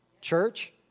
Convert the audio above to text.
church